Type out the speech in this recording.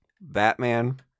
Batman